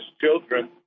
children